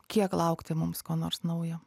kiek laukti mums ko nors naujo